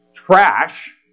trash